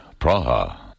Praha